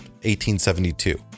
1872